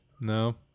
No